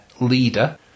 leader